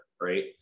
Right